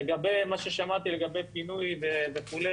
מה ששמעתי לגבי פינוי וכו',